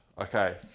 okay